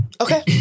okay